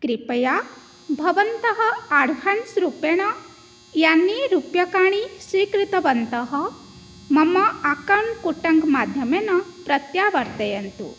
कृपया भवन्तः आड्भान्स् रूपेण यानि रूप्यकाणि स्वीकृतवन्तः मम आकौण्ट् कुट्टङ्क् माध्यमेन प्रत्यावर्तयन्तु